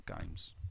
games